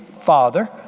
Father